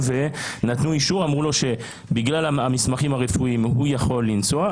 אמרו לו שבגלל המסמכים הרפואיים הוא יכול לנסוע,